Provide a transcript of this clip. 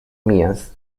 mías